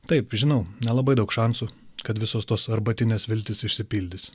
taip žinau nelabai daug šansų kad visos tos arbatinės viltys išsipildys